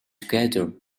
together